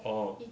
orh